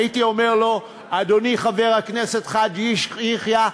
הייתי אומר לו: אדוני חבר הכנסת חאג' יחיא,